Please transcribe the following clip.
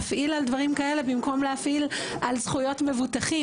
דברים כאלה במקום להפעיל על זכויות מבוטחים.